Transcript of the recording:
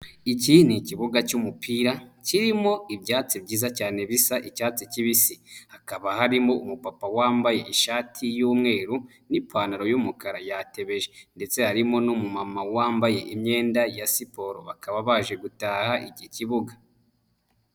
Iki ni ikibuga cy'umupira kirimo ibyatsi byiza cyane bisa icyatsi kibisi, hakaba harimo umupapa wambaye ishati y'umweru n'ipantaro y'umukara yatebeje ndetse harimo n'umumama wambaye imyenda ya siporo, bakaba baje gutaha iki kibuga.